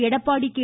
Edappadi K